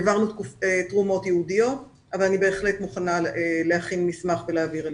והעברנו תרומות ייעודית אבל אני בהחלט מוכנה להכין מסמך ולהעביר אליכם.